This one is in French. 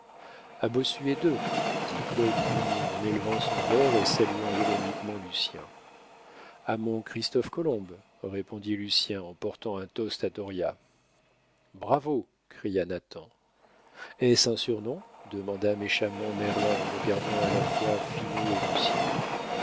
dit claude vignon en élevant son verre et saluant ironiquement lucien a mon christophe colomb répondit lucien en portant un toast à dauriat bravo cria nathan est-ce un surnom demanda méchamment merlin en regardant à la fois finot et lucien